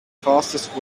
fastest